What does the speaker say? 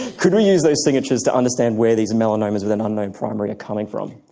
could we use those signatures to understand where these melanomas with an unknown primary are coming from?